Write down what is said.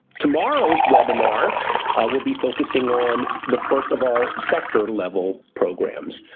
tomorrow's webinar will be focusing on the first of our sector level programs.